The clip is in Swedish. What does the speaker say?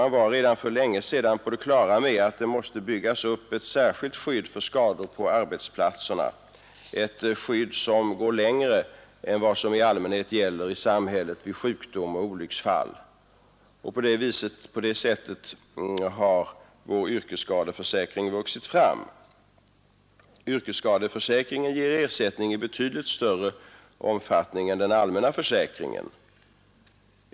Man var redan för länge sedan på det klara med att det måste byggas upp ett särskilt skydd vid skador på arbetsplatserna, ett skydd som går längre än vad som i allmänhet gäller i samhället vid sjukdom och olycksfall. På det sättet har vår yrkesskadeförsäkring vuxit fram. Yrkesskadeförsäkringen ger ersättning i betydligt större omfattning än den allmänna försäkringen.